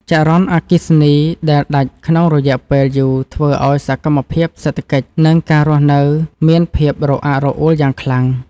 ចរន្តអគ្គិសនីដែលដាច់ក្នុងរយៈពេលយូរធ្វើឱ្យសកម្មភាពសេដ្ឋកិច្ច និងការរស់នៅមានភាពរអាក់រអួលយ៉ាងខ្លាំង។